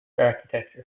architecture